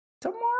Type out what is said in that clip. tomorrow